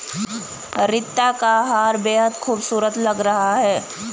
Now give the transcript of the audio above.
रीता का हार बेहद खूबसूरत लग रहा है